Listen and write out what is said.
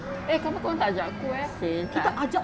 eh kenapa kau orang tak ajak aku eh